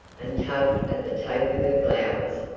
and tugged at the tape of her blouse.